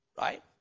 Right